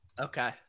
Okay